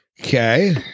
Okay